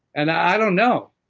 and i don't know.